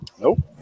Nope